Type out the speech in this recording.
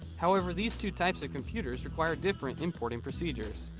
however, these two types of computers require different importing procedures.